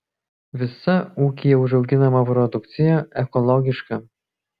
visa ūkyje užauginama produkcija ekologiška